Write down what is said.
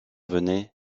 venaient